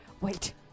Wait